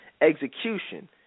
execution